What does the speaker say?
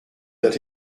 that